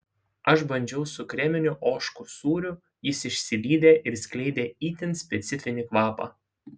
aš bandžiau su kreminiu ožkų sūriu jis išsilydė ir skleidė itin specifinį kvapą